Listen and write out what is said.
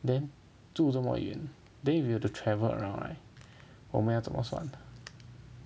then 住这么远 then if you were to travel around right 我们要怎么算